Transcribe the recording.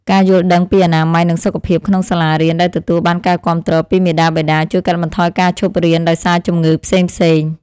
ការយល់ដឹងពីអនាម័យនិងសុខភាពក្នុងសាលារៀនដែលទទួលបានការគាំទ្រពីមាតាបិតា ជួយកាត់បន្ថយការឈប់រៀនដោយសារជំងឺផ្សេងៗ។